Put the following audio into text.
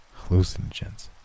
Hallucinogens